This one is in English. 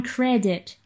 Credit